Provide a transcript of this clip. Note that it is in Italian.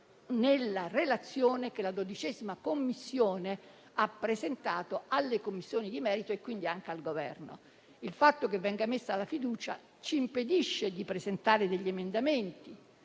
nella relazione delle osservazioni che ha presentato alle Commissioni di merito e quindi anche al Governo. Il fatto che venga messa la fiducia ci impedisce di presentare gli emendamenti,